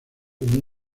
como